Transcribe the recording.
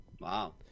Wow